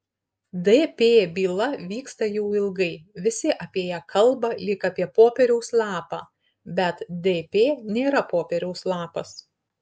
dp byla vyksta jau ilgai visi apie ją kalba lyg apie popieriaus lapą bet dp nėra popieriaus lapas